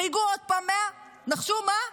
חייגו שוב 100, ונחשו מה,